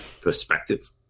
perspective